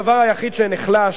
הדבר היחיד שנחלש,